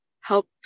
help